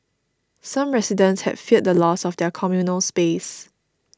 some residents had feared the loss of their communal space